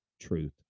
truth